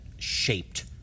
shaped